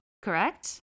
correct